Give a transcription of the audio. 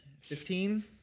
Fifteen